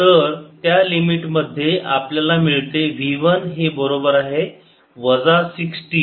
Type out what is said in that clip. तर त्या लिमिटमध्ये आपल्याला मिळते V 1 हे बरोबर आहे वजा 60